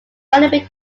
finally